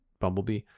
bumblebee